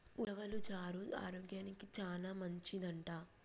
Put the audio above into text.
ఉలవలు చారు ఆరోగ్యానికి చానా మంచిదంట